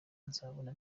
nzabona